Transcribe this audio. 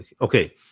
Okay